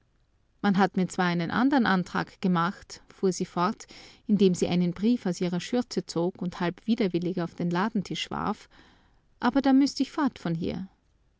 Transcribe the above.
man hat mir zwar einen andern antrag gemacht fuhr sie fort indem sie einen brief aus ihrer schürze zog und halb widerwillig auf den ladentisch warf aber da müßte ich fort von hier